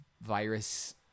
virus